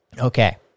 Okay